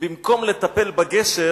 ובמקום לטפל בגשר